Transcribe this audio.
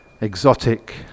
Exotic